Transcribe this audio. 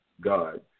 God